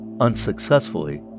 unsuccessfully